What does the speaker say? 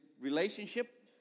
relationship